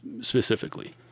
specifically